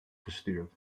gestuurd